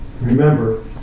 remember